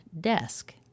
desk